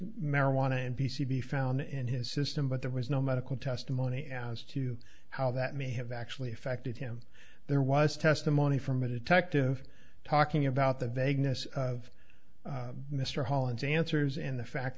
marijuana in p c b found in his system but there was no medical testimony as to how that may have actually affected him there was testimony from a detective talking about the vagueness of mr holland's answers and the fact